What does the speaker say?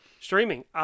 streaming